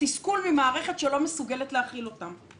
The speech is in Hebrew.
תסכול ממערכת שלא מסוגלת להכיל אותם.